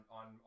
on